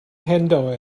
handle